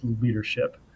leadership